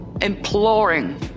imploring